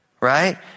Right